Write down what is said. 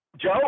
Joe